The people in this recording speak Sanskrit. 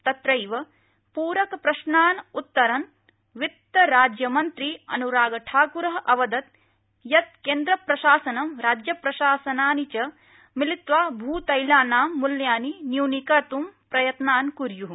तत्रैव प्रकप्रश्नान् उत्तरन् वित्तराज्यमन्त्री अनुरागठाकृरः अवदत् यत् केन्द्रप्रशासनं राज्यप्रशासनानि च मिलित्वा भूतैलानां मृत्यान् न्यनीकत्त् प्रयत्नान् कुर्युः